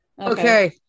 Okay